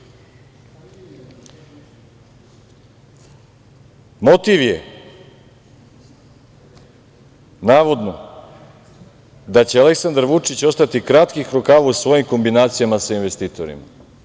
Motiv je, navodno, da će Aleksandar Vučić ostati kratkih rukava u svojim kombinacijama sa investitorima.